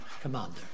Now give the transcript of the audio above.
commander